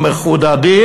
המחודדות,